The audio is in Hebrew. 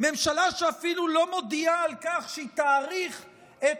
ממשלה שאפילו לא מודיעה על כך שהיא תאריך את